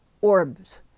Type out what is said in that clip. orbs